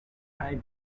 pipe